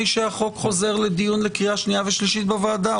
שהחוק חוזר לדיון לקריאה שנייה ושלישית בוועדה.